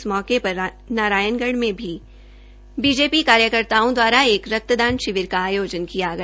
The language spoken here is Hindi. इस मौके पर नारायणगढ में भी बीजेपी कार्यकर्ताओं द्वारा एक रक्तदान शिविर का आयोजन किया गया